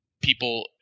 people